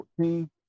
14